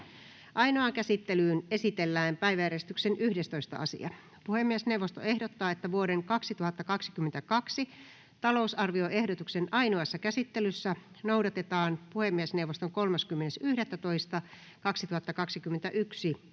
Ainoaan käsittelyyn esitellään päiväjärjestyksen 11. asia. Puhemiesneuvosto ehdottaa, että vuoden 2022 talousarvioehdotuksen ainoassa käsittelyssä noudatetaan puhemiesneuvoston 30.11.2021